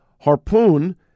Harpoon